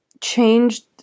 changed